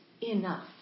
enough